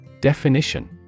Definition